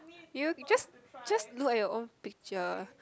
you just just look at your own picture